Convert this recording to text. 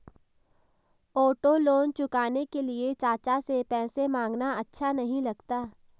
auto loan चुकाने के लिए चाचा से पैसे मांगना अच्छा नही लगता